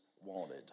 wanted